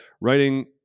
writing